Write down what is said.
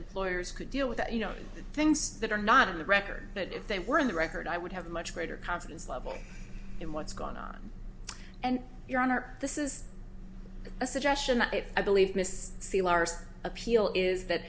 employers could deal with that you know things that are not in the record but if they were in the record i would have a much greater confidence level in what's gone on and your honor this is a suggestion that if i believe mr c larson appeal is that